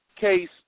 case